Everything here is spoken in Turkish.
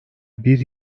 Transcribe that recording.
bir